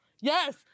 Yes